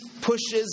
pushes